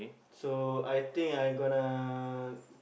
so I think I gonna